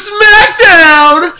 Smackdown